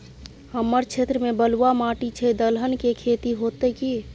हमर क्षेत्र में बलुआ माटी छै, दलहन के खेती होतै कि?